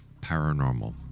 paranormal